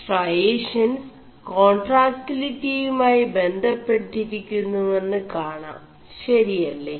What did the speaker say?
സ്േ4ടഷൻസ് േകാൺ4ടാക്ിലിിയുമായി ബ√െçƒിരി ുMുെവM് കാണാം ശരിയേ